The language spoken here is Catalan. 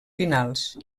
finals